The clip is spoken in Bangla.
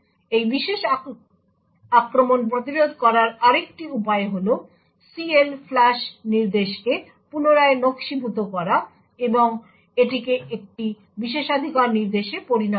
এই বিশেষ আক্রমণ প্রতিরোধ করার আরেকটি উপায় হল CLFLUSH নির্দেশকে পুনরায় নকশীভূত করা এবং এটিকে একটি বিশেষাধিকার নির্দেশে পরিণত করা